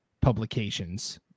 publications